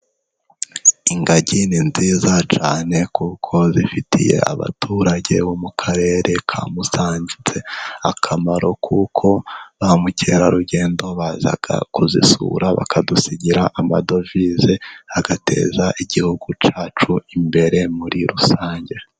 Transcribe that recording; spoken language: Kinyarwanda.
Ingagi ni nziza cyane kuko zifitiye abaturage bo mu karere ka musanze akamaro, kuko ba mukerarugendo baza kuzisura bakadusigira amadovize agateza igihugu cyacu imbere muri rusange.